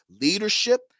leadership